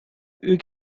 you